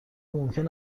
ممکن